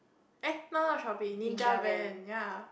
eh not not Shopee Ninja Van ya